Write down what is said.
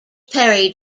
perry